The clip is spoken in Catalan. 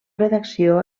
redacció